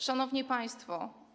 Szanowni Państwo!